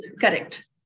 Correct